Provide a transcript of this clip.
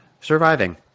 surviving